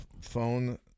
phone